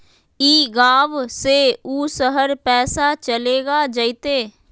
ई गांव से ऊ शहर पैसा चलेगा जयते?